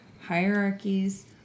Hierarchies